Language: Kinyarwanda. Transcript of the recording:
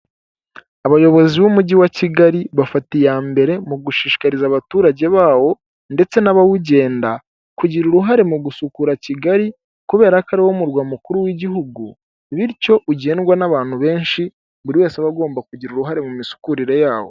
Abayobozi b'umujyi wa kigali bafata iya mbere mu gushishikariza abaturage bawo ndetse n'abawugenda, kugira uruhare mu gusukura kigali kubera ko ariwo murwa mukuru w'igihugu bityo ugenwa n'abantu benshi buri wese aba agomba kugira uruhare mu misukurire yawo.